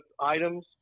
items